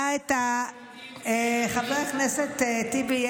חבר הכנסת טיבי,